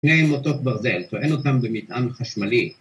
‫שני מוטות ברזל, ‫טוען אותם במטען חשמלי.